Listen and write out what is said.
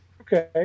Okay